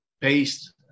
paste